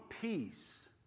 peace